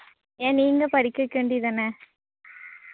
ஏன் நீங்கள் படிக்க வைக்க வேண்டியது தானே